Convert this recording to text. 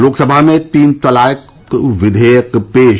लोकसभा में तीन तलाक विधेयक पेश